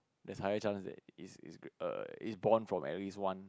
there's higher chance that it's it's err it's born from at least one